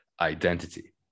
identity